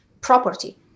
property